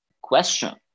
question